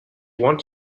want